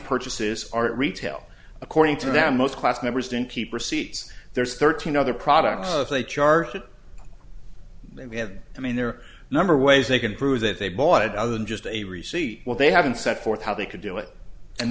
purchases are at retail according to them most class members didn't keep receipts there's thirteen other products they charge that they had i mean their number ways they can prove that they bought it other than just a receipt well they haven't set forth how they could do it and